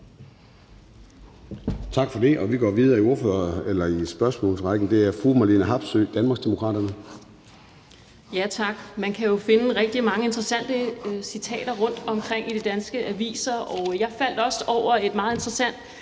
Tak for det. Vi går videre i spørgsmålsrækken. Så er det fru Marlene Harpsøe, Danmarksdemokraterne. Kl. 14:20 Marlene Harpsøe (DD): Tak. Man kan jo finde rigtig mange interessante citater rundtomkring i de danske medier, og jeg faldt over et meget interessant